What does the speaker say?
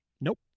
Nope